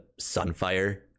sunfire